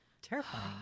Terrifying